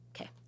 Okay